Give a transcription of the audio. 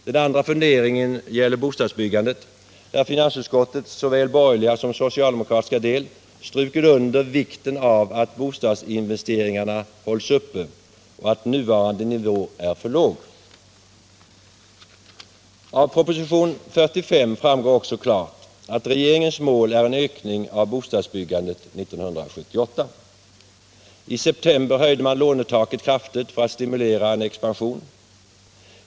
Den andra funderingen gäller bostadsbyggandet, där finansutskottets såväl borgerliga som socialdemokratiska del strukit under vikten av att bostadsinvesteringarna hålls uppe och att nuvarande nivå är för låg. Av propositionen 45 framgår också klart att regeringens mål är en ökning av bostadsbyggandet 1978. I september i år höjde man lånetaket kraftigt för att stimulera en expansion.